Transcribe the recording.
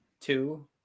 two